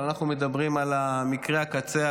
אבל אנחנו מדברים על מקרי הקצה,